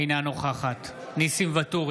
אינה נוכחת ניסים ואטורי,